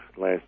last